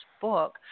book